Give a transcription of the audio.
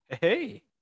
hey